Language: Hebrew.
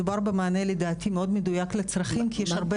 מדובר במענה לדעתי מאוד מדויק לצרכים כי יש הרבה